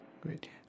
Great